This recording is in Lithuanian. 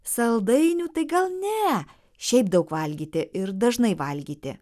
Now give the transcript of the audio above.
saldainių tai gal ne šiaip daug valgyti ir dažnai valgyti